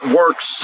works